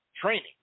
training